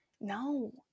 No